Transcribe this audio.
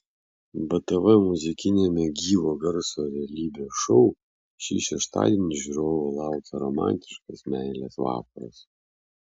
btv muzikiniame gyvo garso realybės šou šį šeštadienį žiūrovų laukia romantiškas meilės vakaras